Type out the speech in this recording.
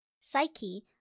psyche